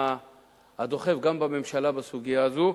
הדוחף גם בממשלה בסוגיה הזו.